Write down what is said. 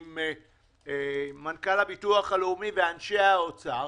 עם מנכ"ל הביטוח הלאומי ואנשי האוצר.